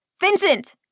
Vincent